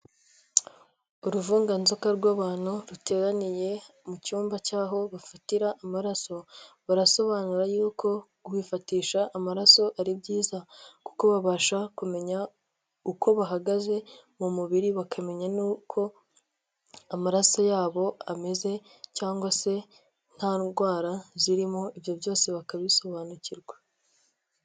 Uruvunganzoka rw'abantu ruteraniye mu cyumba cy'aho bafatira amaraso, barasobanura yuko kwifatisha amaraso ari byiza kuko babasha kumenya uko bahagaze mu mubiri bakamenya n'uko amaraso yabo ameze cyangwa se nta ndwara zirimo ibyo byose bakabisobanukirwa.